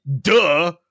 duh